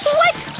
what!